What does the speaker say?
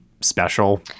special